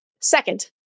Second